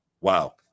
wow